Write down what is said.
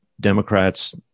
Democrats